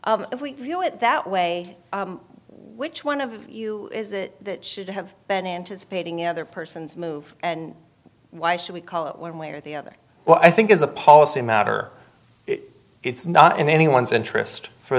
if we view it that way which one of you should have been anticipating other person's move and why should we call it one way or the other well i think is a policy matter it's not in anyone's interest for